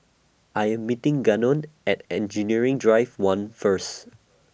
I Am meeting Gannon At Engineering Drive one First